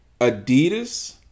adidas